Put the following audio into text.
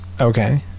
Okay